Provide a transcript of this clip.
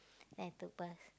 then I took bus